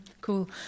cool